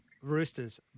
Roosters